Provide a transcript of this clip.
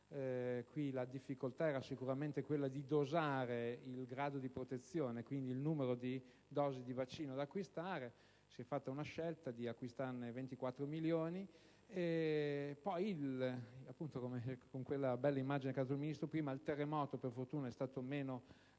quale la difficoltà era sicuramente quella di dosare il grado di protezione e quindi di individuare il numero di dosi di vaccino da acquistare. Si è fatta la scelta di comprare 24 milioni